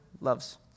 loves